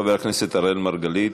חבר הכנסת אראל מרגלית.